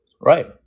right